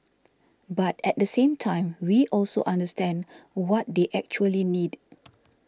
but at the same time we also understand what they actually need